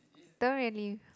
don't really